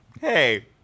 Hey